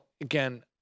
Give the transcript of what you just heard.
again